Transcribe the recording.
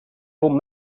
old